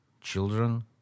children